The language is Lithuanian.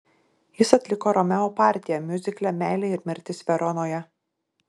jis atliko romeo partiją miuzikle meilė ir mirtis veronoje